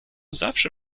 zawsze